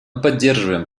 поддерживаем